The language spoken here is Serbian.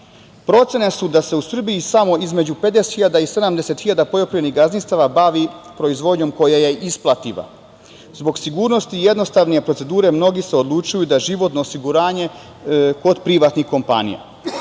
plate. Procene su da su u Srbiji samo između 50 hiljada i 70 hiljada poljoprivrednih gazdinstava bavi proizvodnjom koja je isplativa. Zbog sigurnosti i jednostavnije procedure mnogi se odlučuju za životno osiguranje kod privatnih kompanija.